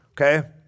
Okay